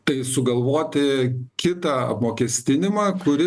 tai sugalvoti kitą apmokestinimą kuris